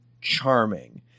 charming